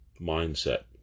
mindset